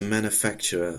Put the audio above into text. manufacturer